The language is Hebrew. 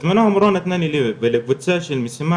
בתמונה המורה נתנה לי ולקבוצה משימה